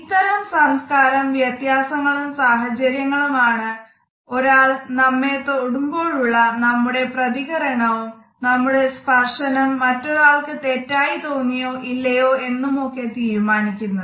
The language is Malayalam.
ഇത്തരം സംസ്കാരം വ്യത്യാസങ്ങളും സാഹചര്യങ്ങളും ആണ് ഒരാൾ നമ്മേ തൊടുമ്പൊഴുള്ള നമ്മുടെ പ്രതികരണവും നമ്മുടെ സ്പർശനം മറ്റൊരാൾക്ക് തെറ്റായി തോന്നിയോ ഇല്ലയോ എന്നുമൊക്കെ തീരുമാനിക്കുന്നത്